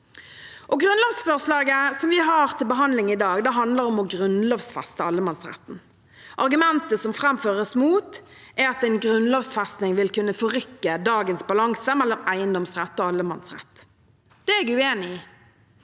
Grunnlovsforslaget som vi har til behandling i dag, handler om å grunnlovfeste allemannsretten. Argumentet som framføres mot, er at en grunnlovfesting vil kunne forrykke dagens balanse mellom eiendomsrett og al